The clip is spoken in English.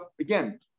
again